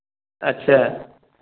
अच्छा